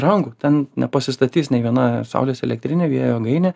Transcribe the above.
rankų ten nepasistatys nei viena saulės elektrinė vėjo jėgainė